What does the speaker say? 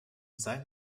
sei